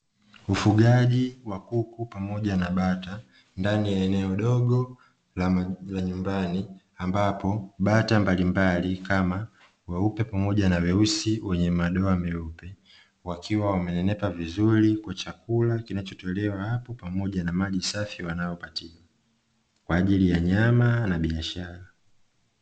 Ufugaji wa kuku pamoja na bata, ndani ya eneo dogo la nyumbani, ambapo bata mbalimbali kama moja ya mwenye rangi nyeusi na madoa meupe wakiwa wamenenepa vizuri kwa chakula kinachotolewa hapo pamoja na maji safi wanaopatiwa. Kwa ajili ya nyama na biashara.